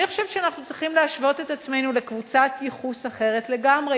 אני חושבת שאנחנו צריכים להשוות את עצמנו לקבוצת ייחוס אחרת לגמרי,